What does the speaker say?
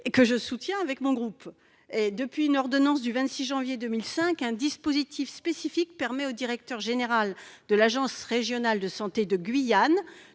un peu moins de passion ! Depuis une ordonnance du 26 janvier 2005, un dispositif spécifique permet au directeur général de l'agence régionale de santé de Guyane